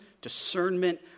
discernment